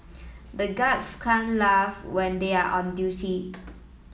the guards can't laugh when they are on duty